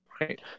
right